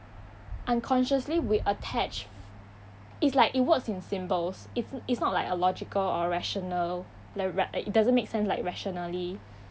unconsciously we attach it's like it works in symbols it's it's not like a logical or rational like ra~ it doesn't make sense like rationally